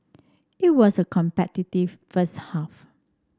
it was a competitive first half